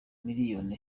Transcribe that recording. miliyoni